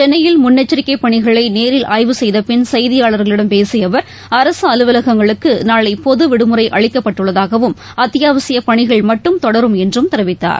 சென்னையில் முன்னெச்சரிக்கைபணிகளைநேரில் ஆய்வு செய்தப் பின் செய்தியாளர்களிடம் பேசியஅவர் அரசுஅலுவலகங்களுக்குநாளைபொதுவிடுமுறைஅளிக்கப்பட்டுள்ளதாகவும் அத்தியாவசியப் பணிகள் மட்டும் தொடரும் என்றும் தெரிவித்தார்